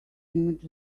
image